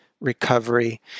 recovery